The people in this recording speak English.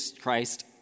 Christ